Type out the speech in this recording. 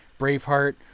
Braveheart